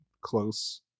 close